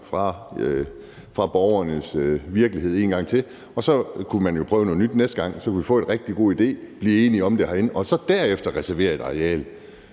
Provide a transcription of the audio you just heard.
fra borgernes virkelighed en gang til, og så kunne man jo prøve noget nyt næste gang. Så kunne vi få en rigtig god idé, blive enige om det herinde og så derefter reservere et areal.